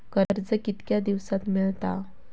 कर्ज कितक्या दिवसात मेळता?